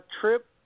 trip